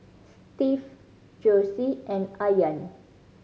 Steve Josie and Ayaan